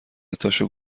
تاشو